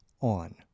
on